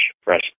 fresh